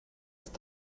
ist